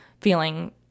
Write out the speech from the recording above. feeling